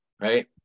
Right